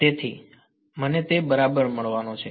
તેથી મને બરાબર મળવાનો છે